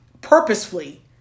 purposefully